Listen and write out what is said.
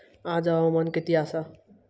आज हवामान किती आसा?